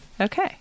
Okay